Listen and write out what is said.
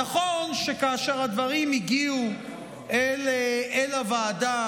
נכון שכאשר הדברים הגיעו אל הוועדה,